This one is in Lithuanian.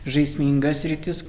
žaisminga sritis